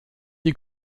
die